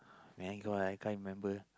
mango ah I can't remember